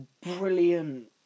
brilliant